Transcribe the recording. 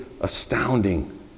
astounding